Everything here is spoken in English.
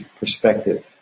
perspective